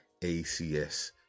acs